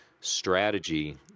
strategy